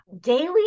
daily